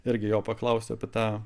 irgi jo paklausiau apie tą